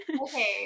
Okay